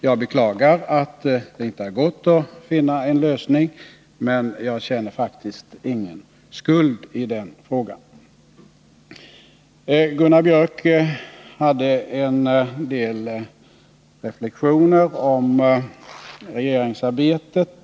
Jag beklagar att det inte har gått att finna utövning m.m. en lösning, men jag känner faktiskt ingen skuld i det avseendet. Gunnar Biörck i Värmdö gjorde en del reflexioner om regeringsarbetet.